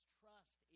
trust